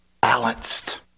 balanced